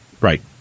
right